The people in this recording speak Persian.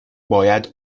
باید